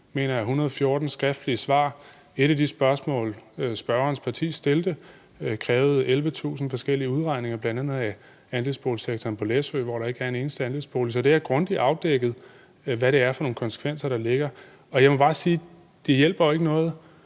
mener jeg, 114 skriftlige svar. Et af de spørgsmål, spørgerens parti stillede, krævede 11.000 forskellige udregninger, bl.a. af andelsboligsektoren på Læsø, hvor der ikke er en eneste andelsbolig. Så det er grundigt afdækket, hvad det er for nogle konsekvenser, der ligger. Og jeg må bare sige, at det jo ikke